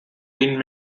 been